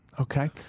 Okay